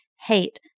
hate